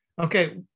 Okay